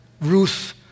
Ruth